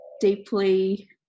deeply